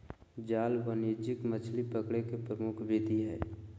जाल वाणिज्यिक मछली पकड़े के प्रमुख विधि हइ